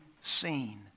seen